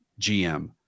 GM